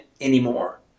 anymore